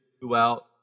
throughout